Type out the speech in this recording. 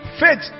faith